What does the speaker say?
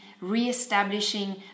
reestablishing